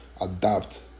adapt